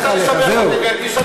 רצתה לשבח אותי והרגישה נבוכה,